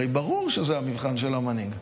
הרי ברור שזה המבחן של המנהיג.